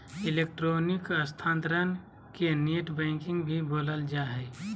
electronic स्थानान्तरण के net banking भी बोलल जा हइ